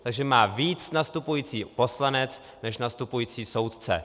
Takže má víc nastupující poslanec než nastupující soudce.